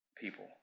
people